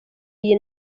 iyi